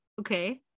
okay